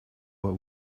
what